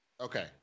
Okay